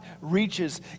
reaches